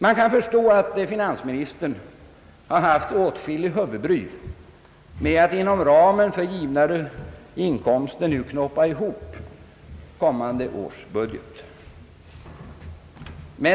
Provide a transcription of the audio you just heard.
Man kan förstå att finansministern har haft en hel del huvudbry med att inom ramen för givna inkomster knåpa ihop kommande års budget.